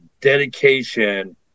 dedication